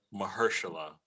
Mahershala